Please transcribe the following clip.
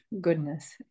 goodness